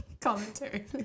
commentary